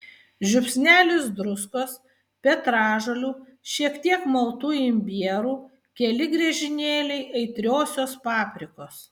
žiupsnelis druskos petražolių šiek tiek maltų imbierų keli griežinėliai aitriosios paprikos